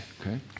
Okay